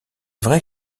vrai